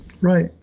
Right